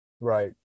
Right